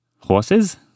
Horses